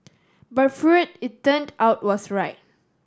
but Freud it turned out was right